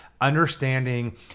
understanding